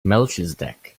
melchizedek